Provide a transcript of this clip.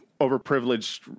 overprivileged